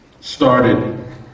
started